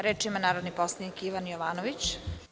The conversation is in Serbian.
Reč ima narodni poslanik Ivan Jovanović.